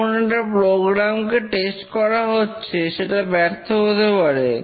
যখন একটা প্রোগ্রাম কে টেস্ট করা হচ্ছে সেটা ব্যর্থ হতে পারে